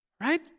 right